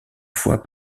fois